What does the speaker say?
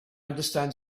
understand